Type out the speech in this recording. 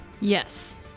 Yes